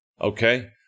Okay